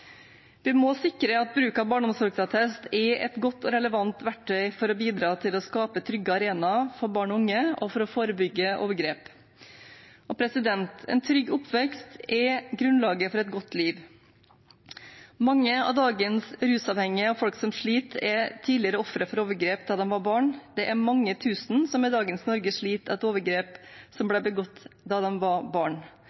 Vi må sikre at bruk av barneomsorgsattest er et godt og relevant verktøy for å bidra til å skape trygge arenaer for barn og unge og for å forebygge overgrep. En trygg oppvekst er grunnlaget for et godt liv. Mange av dagens rusavhengige og folk som sliter, er tidligere ofre for overgrep da de var barn. Det er mange tusen som i dagens Norge sliter etter overgrep som